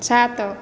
ସାତ